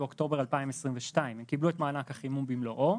באוקטובר 2022. הם קיבלו את מענק החימום במלואו.